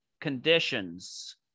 conditions